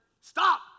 stop